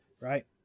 Right